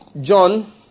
John